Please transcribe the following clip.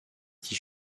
qui